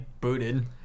booted